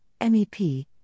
MEP